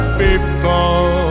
people